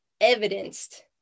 evidenced